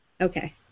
Okay